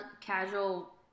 casual